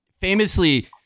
famously